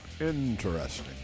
Interesting